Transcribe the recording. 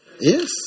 yes